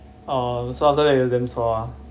oh so after that it was damn chua ah